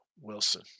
Wilson